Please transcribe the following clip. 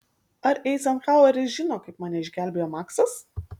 ar eizenhaueris žino kaip mane išgelbėjo maksas